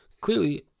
clearly